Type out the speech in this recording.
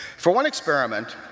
for one experiment,